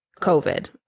COVID